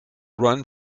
run